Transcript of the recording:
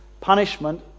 punishment